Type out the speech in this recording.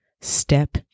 step